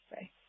say